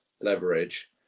leverage